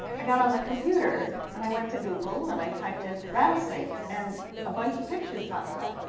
i got on the computer, and i went to google, and i typed in, rattlesnakes. and a bunch of pictures popped up,